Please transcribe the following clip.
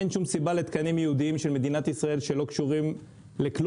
אין שום סיבה לתקנים ייעודיים של מדינת ישראל שלא קשורים לכלום,